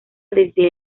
desde